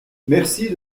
merci